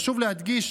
חשוב להדגיש